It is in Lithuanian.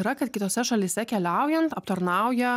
yra kad kitose šalyse keliaujant aptarnauja